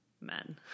men